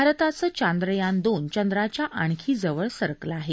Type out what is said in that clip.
भारताचं चांद्रयान दोन चंद्राच्या आणखी जवळ सरकलं आहे